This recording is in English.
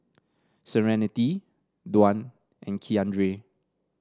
Serenity Dwan and Keandre